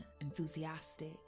enthusiastic